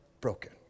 broken